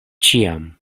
ĉiam